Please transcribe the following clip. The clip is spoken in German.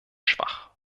schwach